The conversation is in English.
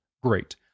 Great